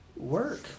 work